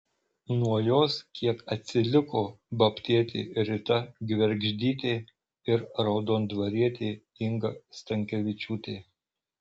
nuo jos kiek atsiliko babtietė rita gvergždytė ir raudondvarietė inga stankevičiūtė